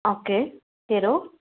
ओ के कहिड़ो